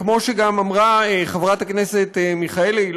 כמו שגם אמרה חברת הכנסת מיכאלי,